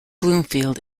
bloomfield